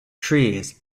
trees